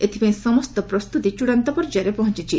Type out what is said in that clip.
ଏଥିପାଇଁ ସମସ୍ତ ପ୍ରସ୍ତୁତି ଚୂଡ଼ାନ୍ତ ପର୍ଯ୍ୟାୟରେ ପହଞ୍ଚିଛି